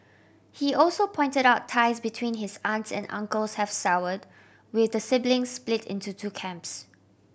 he also pointed out ties between his aunts and uncles have soured with the siblings split into two camps